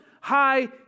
High